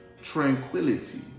tranquility